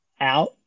Out